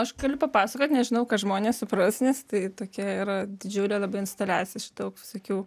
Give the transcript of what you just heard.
aš galiu papasakot nežinau ką žmonės supras nes tai tokia yra didžiulė labai instaliacija iš daug visokių